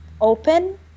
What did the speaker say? open